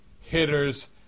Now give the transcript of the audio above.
hitters